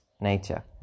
nature